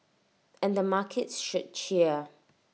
and the markets should cheer